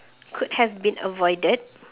could have been avoided